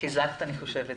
חיזקת אני חושבת,